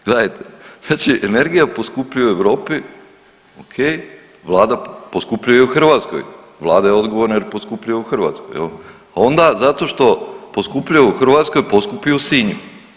Gledajte, znači energija poskupljuje u Europi, okej, vlada poskupljuje u Hrvatskoj, vlada je odgovorna jer poskupljuje u Hrvatskoj jel, a onda zato što poskupljuje u Hrvatskoj poskupi u Sinju.